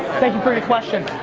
thank you for your question.